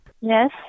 Yes